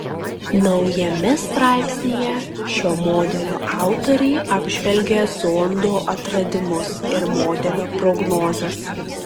naujame straipsnyje šio modelio autoriai apžvelgia zondo atradimus ir modelio prognozes